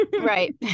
Right